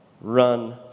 run